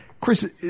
Chris